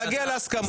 להגיע להסכמות,